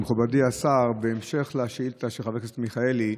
מכובדי השר, בהמשך לשאילתה של חבר הכנסת מיכאלי,